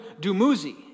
Dumuzi